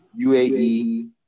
UAE